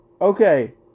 Okay